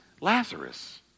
Lazarus